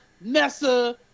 Nessa